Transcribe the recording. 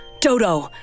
Dodo